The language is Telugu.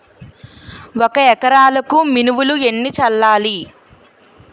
ఒక ఎకరాలకు మినువులు ఎన్ని చల్లాలి?